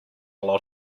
lot